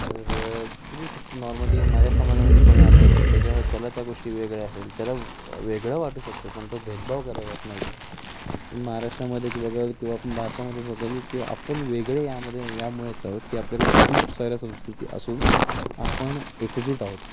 तर बघू शकतो नॉर्मली माझ्या समाजामध्ये कोणी आलं तर त्याच्यावर त्याला त्या गोष्टी वेगळ्या असेल त्याला वेगळं वाटू शकतो पण तो भेदभाव केला जात नाही आहे तुम्ही महाराष्ट्रामध्ये की बघाल किंवा भारतामध्ये बघाल की आपण वेगळे यामध्ये यामुळेच आहोत की आपल्याकडे खूप साऱ्या संस्कृती असून आपण एकजूट आहोत